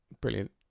Brilliant